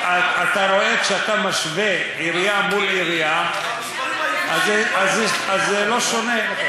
רואה שכשאתה משווה עירייה מול עירייה זה לא שונה.